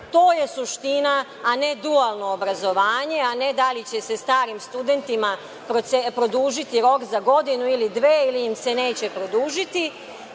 To je suština, a ne dualno obrazovanje, a ne da li će se starim studentima produžiti rok za godinu ili dve ili im se neće produžiti,